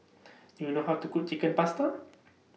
Do YOU know How to Cook Chicken Pasta